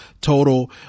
total